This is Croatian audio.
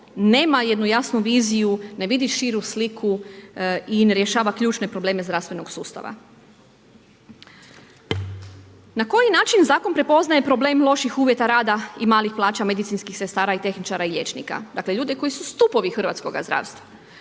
nema jednu jasnu viziju, ne vidi širu sliku i ne rješava ključne probleme zdravstvenog sustava. Na koji način zakon prepoznaje problem loših uvjeta rada i malih plaća medicinskih sestara i tehničara i liječnika? Dakle ljude koji su stupovi hrvatskoga zdravstva.